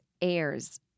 airs